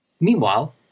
Meanwhile